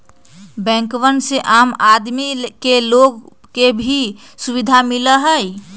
बैंकवन से आम आदमी के लोन के भी सुविधा मिला हई